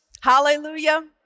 Hallelujah